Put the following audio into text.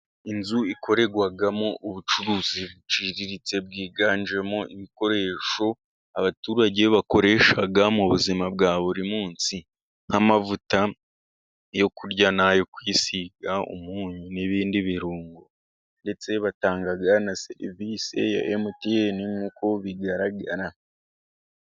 Inzu ikorerwamo ubucuruzi buciriritse bwiganjemo ibikoresho abaturage bakoresha mu buzima bwa buri munsi nk'amavuta yo kurya nayo kwisiga, umunyu n'ibindi birungo. Ndetse batanga na serivisi ya emutiyeni nkuko bigaragara.